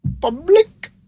public